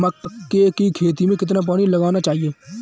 मक्के की खेती में कितना पानी लगाना चाहिए?